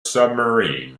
submarine